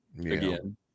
again